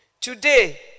Today